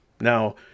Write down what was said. Now